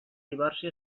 divorci